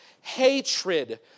hatred